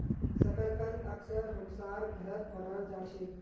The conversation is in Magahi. शकरकंद अक्सर हमसार घरत बनाल जा छे